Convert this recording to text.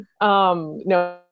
no